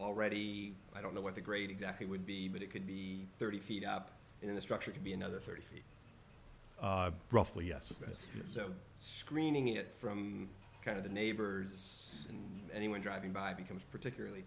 already i don't know what the grade exactly would be but it could be thirty feet up in the structure could be another thirty feet roughly yes so screening it from kind of the neighbors and anyone driving by becomes particularly